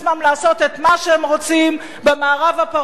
את מה שהם רוצים במערב הפרוע הזה,